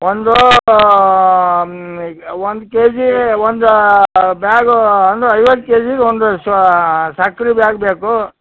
ಒಂದು ಒಂದು ಕೆಜಿ ಒಂದು ಬ್ಯಾಗು ಅಂದ್ರೆ ಐವತ್ತು ಕೆಜಿ ಒಂದು ಸಕ್ರೆ ಬ್ಯಾಗ್ ಬೇಕು